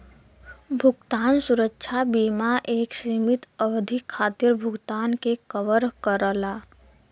भुगतान सुरक्षा बीमा एक सीमित अवधि खातिर भुगतान के कवर करला